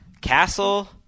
Castle